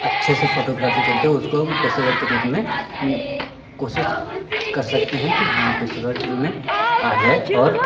अच्छे से फ़ोटोग्राफ़ी करके उसको हम पेशेवर के रूप में कोशिश कर सकते हैं कि हाँ पेशेवर में आ जाए और